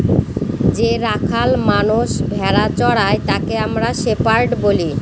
যে রাখাল মানষ ভেড়া চোরাই তাকে আমরা শেপার্ড বলি